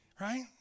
Right